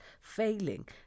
failing